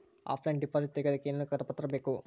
Offline deposit ತೆಗಿಯೋದಕ್ಕೆ ಏನೇನು ಕಾಗದ ಪತ್ರ ಬೇಕು?